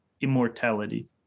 immortality